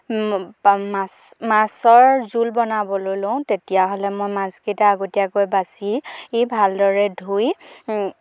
মাছ মাছৰ জোল বনাবলৈ লওঁ তেতিয়াহ'লে মই মাছকেইটা আগতীয়াকৈ বাছি ভালদৰে ধুই